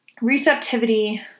receptivity